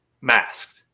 masked